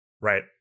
Right